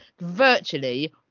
virtually